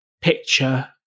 picture